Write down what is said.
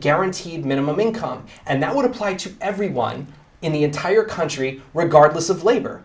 guaranteed minimum income and that would apply to everyone in the entire country regardless of labor